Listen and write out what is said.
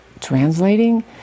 translating